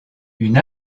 une